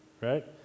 Right